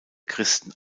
christen